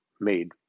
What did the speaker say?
made